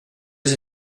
les